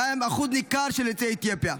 ובהם אחוז ניכר של יוצאי אתיופיה.